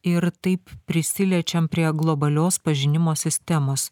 ir taip prisiliečiam prie globalios pažinimo sistemos